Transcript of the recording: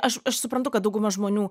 aš aš suprantu kad dauguma žmonių